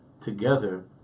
together